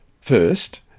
first